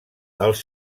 els